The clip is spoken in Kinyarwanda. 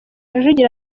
rujugiro